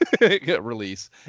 release